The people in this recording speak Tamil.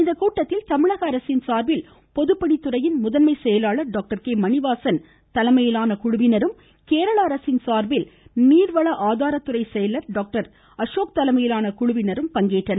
இக்கூட்டத்தில் தமிழக அரசின் சார்பில் பொதுப்பணித்துறை முதன்மை செயலாளர் டாக்டர் கே மணிவாசன் தலைமையிலான குழுவினரும் கேரள அரசின் சார்பில் நீர்வள ஆதாரத்துறை செயலாளர் டாக்டர் அசோக் தலைமையிலான குழுவினரும் பங்கேற்றனர்